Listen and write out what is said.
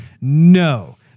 no